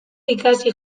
ikasi